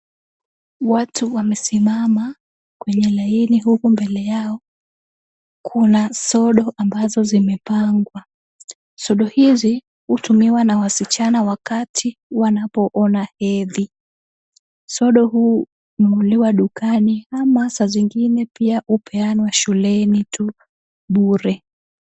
Watu wamesimama kwenye laini huku mbele yao kuna sodo ambazo zimepangwa. Sodo hizi hutumiwa na wasichana wakati wanapo ona hedhi. Sodo hununuliwa dukani ama saa zingine pia hupeanwa shuleni tu bure.